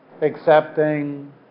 accepting